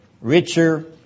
richer